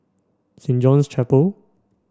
Saint John's Chapel